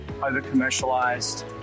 overcommercialized